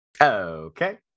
Okay